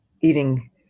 eating